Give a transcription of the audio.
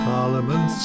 Parliament